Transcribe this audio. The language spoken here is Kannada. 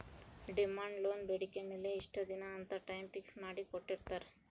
ಡಿಮಾಂಡ್ ಲೋನ್ ಬೇಡಿಕೆ ಮೇಲೆ ಇಷ್ಟ ದಿನ ಅಂತ ಟೈಮ್ ಫಿಕ್ಸ್ ಮಾಡಿ ಕೋಟ್ಟಿರ್ತಾರಾ